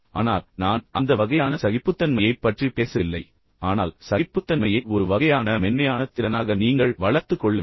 ஆனால் நான் அந்த வகையான சகிப்புத்தன்மையைப் பற்றி பேசவில்லை ஆனால் சகிப்புத்தன்மையை ஒரு வகையான மென்மையான திறனாக நீங்கள் வளர்த்துக் கொள்ள வேண்டும்